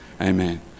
Amen